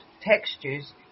textures